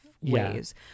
ways